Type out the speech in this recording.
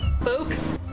Folks